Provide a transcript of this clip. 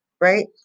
Right